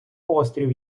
острів